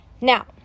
Now